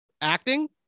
Acting